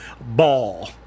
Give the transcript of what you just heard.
ball